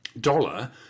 dollar